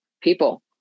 people